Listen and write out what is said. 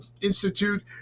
Institute